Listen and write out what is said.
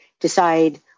decide